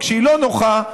וכשהיא לא נוחה,